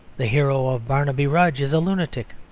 the hero of barnaby rudge is a lunatic.